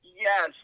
yes